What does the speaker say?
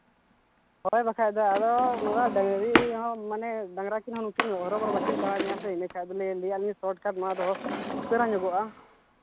ᱦᱳᱭ ᱵᱟᱠᱷᱟᱡ ᱫᱚ ᱱᱚᱣᱟ ᱟᱹᱞᱤᱧ ᱦᱚᱸ ᱢᱟᱱᱮ ᱰᱟᱝᱨᱟ ᱠᱤᱱ ᱦᱚᱸ ᱩᱱᱠᱤᱱ ᱦᱚᱸ ᱦᱚᱨᱚᱵᱚᱨᱚ ᱵᱟᱹᱠᱤᱱ ᱮᱸᱰᱮᱠᱷᱟᱡ ᱫᱚᱞᱮ ᱱᱤᱭᱟᱹ ᱠᱷᱟᱡ ᱥᱚᱨᱴᱠᱟᱨᱴ ᱱᱚᱣᱟ ᱫᱚ ᱩᱥᱟᱹᱨᱟ ᱧᱚᱜᱚᱜᱼᱟ